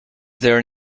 there